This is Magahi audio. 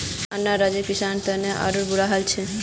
अन्य राज्यर किसानेर त आरोह बुरा हाल छेक